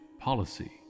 policy